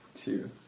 Two